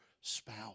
spouse